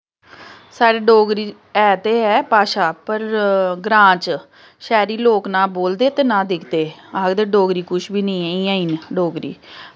साढ़े डोगरी ऐ ते ऐ भाशा पर ग्रांऽ च शैह्री लोग ना बोलदे ते ना दिखदे आखदे डोगरी कुछ बी निं ऐ इ'यां गै डोगरी